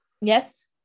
yes